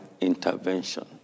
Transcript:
intervention